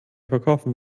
verkaufen